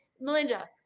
Melinda